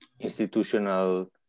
institutional